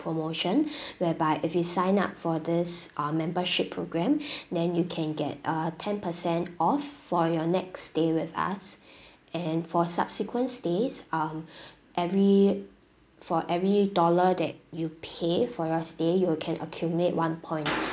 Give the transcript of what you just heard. promotion whereby if you sign up for this our membership program then you can get a ten percent off for your next stay with us and for subsequent stays um every for every dollar that you pay for your stay you will can accumulate one point